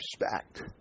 respect